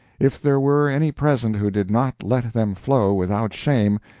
if there were any present who did not let them flow without shame,